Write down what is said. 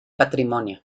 patrimonio